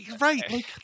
right